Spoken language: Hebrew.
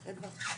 ויש לזה חשיבות